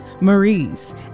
Marie's